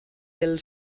del